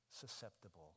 susceptible